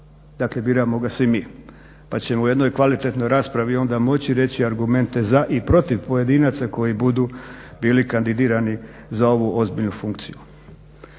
dakle biramo ga svi mi, pa ćemo u jednoj kvalitetnoj raspravi onda moći reći argumente za i protiv pojedinaca koji budu bili kandidirani za ovu ozbiljnu funkciju.